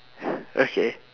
okay